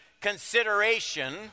consideration